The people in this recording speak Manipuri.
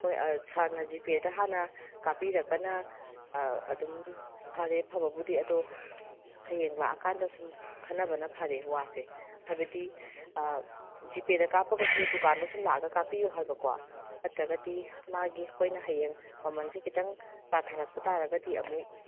ꯑꯩꯈꯣꯏ ꯁꯥꯔꯅ ꯖꯤꯄꯦꯗ ꯍꯥꯟꯅ ꯀꯥꯞꯄꯤꯔꯒꯅ ꯑꯗꯨꯝ ꯐꯔꯦ ꯐꯕꯕꯨꯗꯤ ꯑꯗꯣ ꯍꯌꯦꯡ ꯂꯥꯛꯑꯀꯥꯟꯗ ꯁꯨꯝ ꯈꯟꯅꯕꯅ ꯐꯔꯦ ꯋꯥꯁꯦ ꯍꯥꯏꯕꯗꯤ ꯖꯤꯄꯦꯗ ꯀꯥꯞꯄꯒꯁꯨ ꯗꯨꯀꯥꯟꯗ ꯁꯨꯝ ꯂꯥꯛꯑꯒ ꯀꯥꯞꯄꯤꯌꯨ ꯍꯥꯏꯕꯀꯣ ꯅꯠꯇ꯭ꯔꯒꯗꯤ ꯃꯥꯒꯤ ꯑꯩꯈꯣꯏꯅ ꯍꯌꯦꯡ ꯃꯃꯜꯁꯦ ꯈꯤꯇꯪ ꯇꯥꯊꯔꯛꯄ ꯇꯥꯔꯒꯗꯤ ꯑꯃꯨꯛ